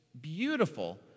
beautiful